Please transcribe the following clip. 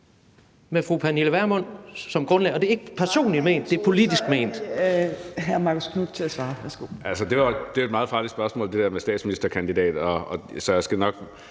med fru Pernille Vermund som grundlag. Og det er ikke personligt ment, det er politisk ment.